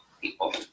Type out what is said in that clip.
people